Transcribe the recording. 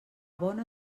bona